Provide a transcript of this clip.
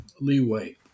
leeway